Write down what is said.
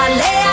Ale